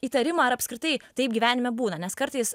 įtarimą ar apskritai taip gyvenime būna nes kartais